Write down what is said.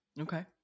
Okay